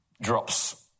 drops